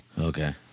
Okay